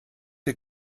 der